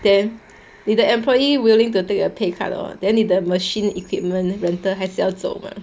then 你的 employee willing to take a pay cut lor then 你的 machine equipment rental 还是要走 mah